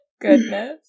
Goodness